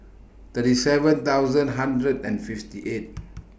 thirty seven thousand hundred and fifty eight